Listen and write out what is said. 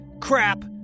Crap